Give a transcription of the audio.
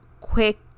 quick